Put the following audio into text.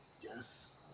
Yes